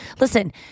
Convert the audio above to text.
listen